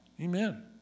Amen